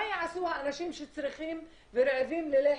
מה יעשו אנשים שרעבים ללחם?